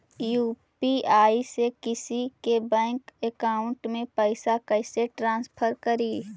UPI से किसी के बैंक अकाउंट में पैसा कैसे ट्रांसफर करी?